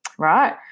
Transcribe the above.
right